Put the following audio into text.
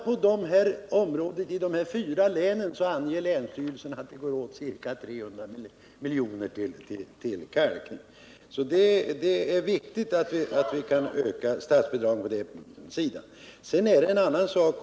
Länsstyrelserna i de fyra län som jag nämnde anger att kostnaderna för kalkning bara i dessa län upgår till ca 300 milj.kr., så det är viktigt att vi får ökade statsbidrag till detta ändamål.